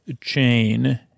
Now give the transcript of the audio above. chain